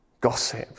gossip